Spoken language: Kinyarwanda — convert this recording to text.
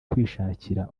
kwishakira